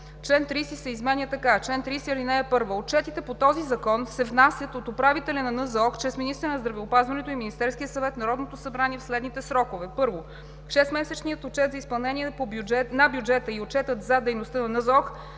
Чл. 30 се изменя така: „Чл. 30 (1) Отчетите по този закон се внасят от управителя на НЗОК чрез министъра на здравеопазването и Министерския съвет в Народното събрание в следните срокове: 1. Шестмесечният отчет за изпълнение на бюджета и отчетът за дейността на НЗОК